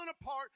apart